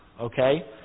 okay